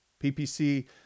PPC